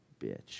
bitch